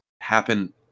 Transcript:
happen